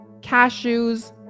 cashews